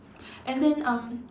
and then um